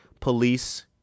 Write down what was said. police